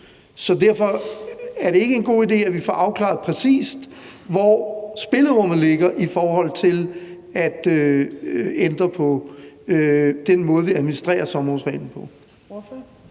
Så derfor: Er det ikke en god idé, at vi får afklaret, præcis hvor spillerummet ligger i forhold til at ændre på den måde, vi administrerer sommerhusreglen på?